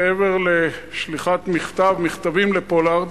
מעבר לשליחת מכתב, מכתבים לפולארד,